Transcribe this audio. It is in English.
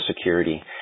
security